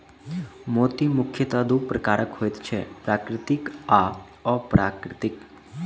मोती मुखयतः दू प्रकारक होइत छै, प्राकृतिक आ अप्राकृतिक